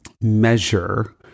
measure